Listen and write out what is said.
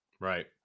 Right